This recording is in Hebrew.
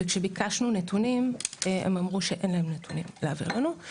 כשביקשנו נתונים הם אמרו שאין להם נתונים להעביר לנו.